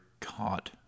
caught